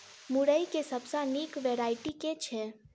मुरई केँ सबसँ निक वैरायटी केँ छै?